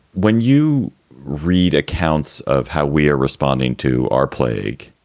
when you read accounts of how we are responding to our plague,